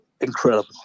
Incredible